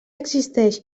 existeix